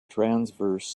transverse